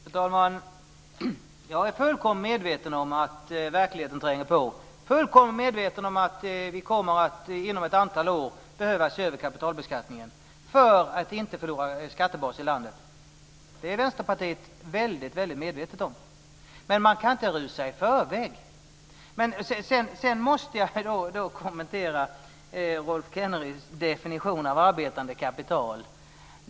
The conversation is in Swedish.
Fru talman! Jag är fullkomligt medveten om att verkligheten tränger sig på och att vi inom ett antal år kommer att behöva se över kapitalbeskattningen för att inte förlora skattebas i landet. Detta är Vänsterpartiet väldigt medvetet om. Men man kan inte rusa i förväg. Jag måste också kommentera Rolf Kenneryds definition av arbetande kapital.